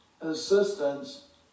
assistance